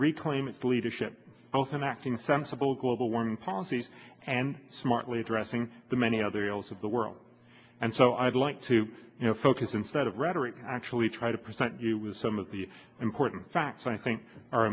reclaim its leadership both in acting sensible global warming policies and smartly addressing the many other ills of the world and so i'd like to you know focus instead of rhetoric actually try to present you with some of the important facts i think are